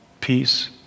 Peace